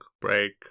break